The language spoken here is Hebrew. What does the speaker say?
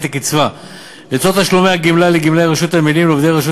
לקצבה לצורך תשלומי הגמלה לגמלאי רשות הנמלים ולעובדי רשות